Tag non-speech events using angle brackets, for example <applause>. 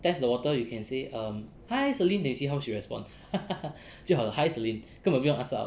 test the water you can say um hi celine then see how she response <laughs> 就好了 hi celine 根本不用 ask her out